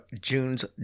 June's